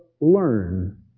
learn